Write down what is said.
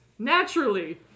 Naturally